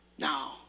No